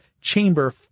chamber